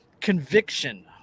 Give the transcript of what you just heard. conviction